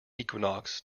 equinox